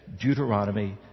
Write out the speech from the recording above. Deuteronomy